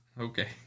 Okay